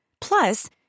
Plus